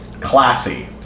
Classy